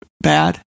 bad